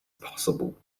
possible